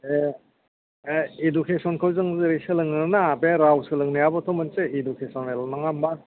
दे एह एडुकेसनखौ जों जेरै सोलोङोना बे राव सोलोंनायाबोथ' मोनसे इडुकेसनेल नङा होमबा